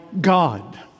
God